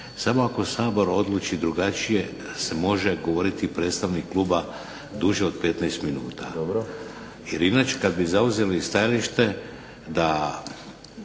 samo ako Sabor odluči drugačije se može govoriti predstavnik Kluba 15 minuta,